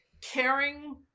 caring